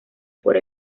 por